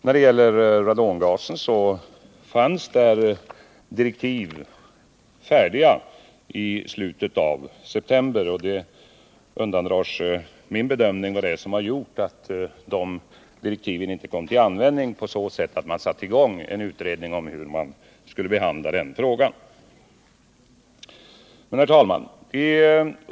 När det gäller radongasen fanns direktiv färdiga i slutet av september, och det undandrar sig min bedömning vad det är som gjort att de direktiven inte kom till användning på så sätt att en utredning sattes i gång om hur denna fråga skulle behandlas. Herr talman!